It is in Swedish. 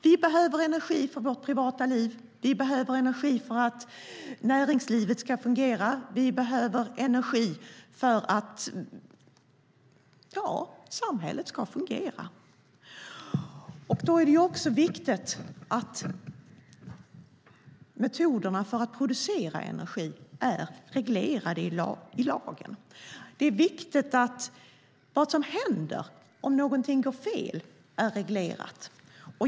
Vi behöver energi för vårt privata liv, för att näringslivet ska fungera och för att samhället ska fungera. Det är också viktigt att metoderna för att producera energi är reglerade i lagen. Det är viktigt att det är reglerat vad som händer om någonting går fel.